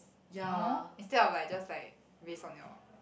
you know instead of like just like based on your